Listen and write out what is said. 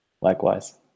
Likewise